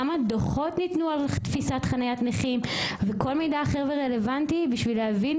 כמה דוחות ניתנו על תפיסת חניית נכים וכל מידע אחר ורלוונטי בשביל להבין